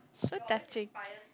so touching